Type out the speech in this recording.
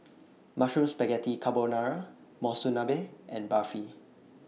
Mushroom Spaghetti Carbonara Monsunabe and Barfi